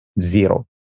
Zero